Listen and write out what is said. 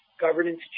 governance